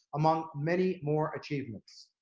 among many more achievements.